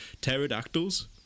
pterodactyls